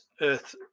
earth